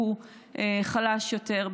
שהוא חלש יותר,